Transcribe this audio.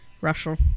Russell